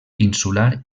insular